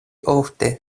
ofte